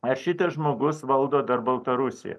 ar šitas žmogus valdo dar baltarusiją